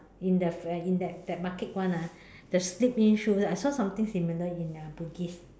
in the f~ uh in the the market one lah the slip in shoe I saw something similar in uh Bugis